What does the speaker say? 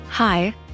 Hi